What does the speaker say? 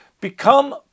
Become